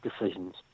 decisions